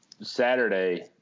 saturday